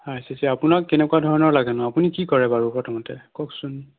R C C আপোনাক কেনেকুৱা ধৰণৰ লাগেনো আপুনি কি কৰে বাৰু প্ৰথমতে কওকচোন